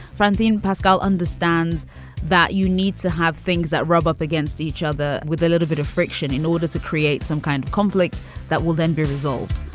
francine pascal understands that you need to have things that rub up against each other with a little bit of friction in order to create some kind of conflict that will then be resolved.